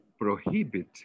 prohibit